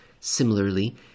similarly